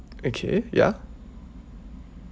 okay ya